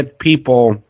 people –